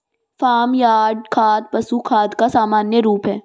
farm yard खाद पशु खाद का सामान्य रूप है